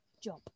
job